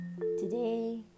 Today